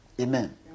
Amen